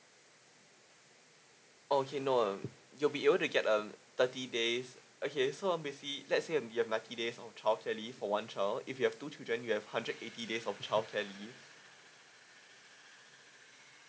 okay no um you will be able to get a thirty days okay so um basically let's say um you have ninety days of childcare leave for one child if you have two children you have hundred eighty days of childcare leave